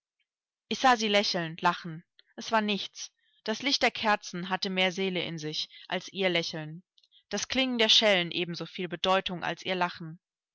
ich sah sie lächeln lachen es war nichts das licht der kerzen hatte mehr seele in sich als ihr lächeln das klingen der schellen ebensoviel bedeutung als ihr lachen